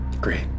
Great